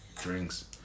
drinks